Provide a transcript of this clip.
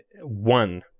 one